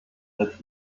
als